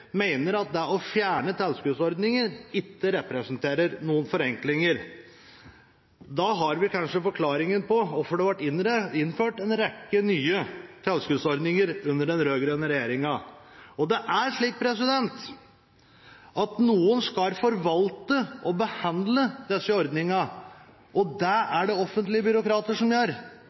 at det å fjerne tilskuddsordninger ikke representerer noen forenklinger. Da har vi kanskje forklaringen på hvorfor det ble innført en rekke nye tilskuddsordninger under den rød-grønne regjeringen. Det er slik at noen skal forvalte og behandle disse ordningene, og det er det offentlige byråkrater som gjør.